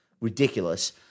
ridiculous